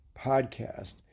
podcast